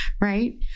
Right